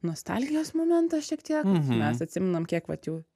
nostalgijos momentas šiek tiek mes atsimenam kiek vat jau